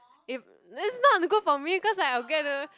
if it's not good for me cause I will get the